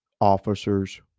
officers